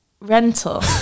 Rental